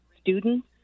students